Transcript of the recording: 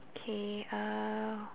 K uh